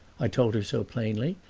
i told her so plainly,